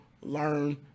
learn